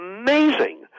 amazing